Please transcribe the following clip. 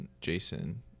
Jason